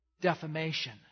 Defamation